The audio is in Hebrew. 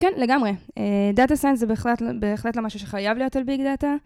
כן, לגמרי. אה, Data Science זה בהחלט למשהו שחייב להיות על Big Data.